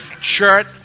shirt